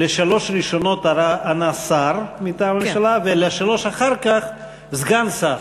על שלוש הראשונות ענה שר מטעם הממשלה ועל שלוש אחר כך סגן שר.